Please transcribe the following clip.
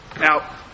Now